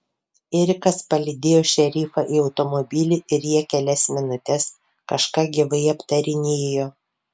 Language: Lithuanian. erikas palydėjo šerifą į automobilį ir jie kelias minutes kažką gyvai aptarinėjo